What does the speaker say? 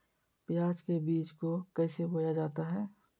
प्याज के बीज को कैसे बोया जाता है?